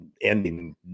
ending